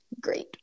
great